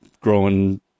growing